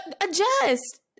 Adjust